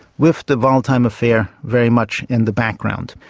with the waldheim affair very much in the background.